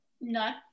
no